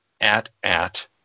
at-at